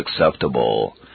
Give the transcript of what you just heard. acceptable